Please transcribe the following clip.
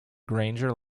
granger